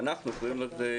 ואנחנו קוראים לזה